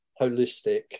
holistic